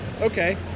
okay